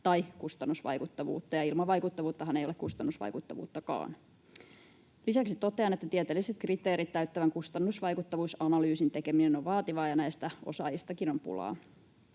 tai kustannusvaikuttavuutta, ja ilman vaikuttavuuttahan ei ole kustannusvaikuttavuuttakaan. Lisäksi totean, että tieteelliset kriteerit täyttävän kustannusvaikuttavuusanalyysin tekeminen on vaativaa ja näistä osaajistakin on pulaa.